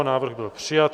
Návrh byl přijat.